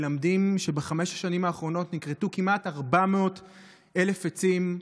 מלמדים שבחמש השנים האחרונות נכרתו כמעט 400,000 עצים,